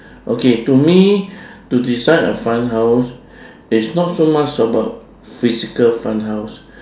okay to me to decide a fun house it's not so much about physical fun house